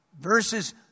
Verses